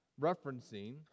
referencing